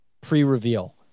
pre-reveal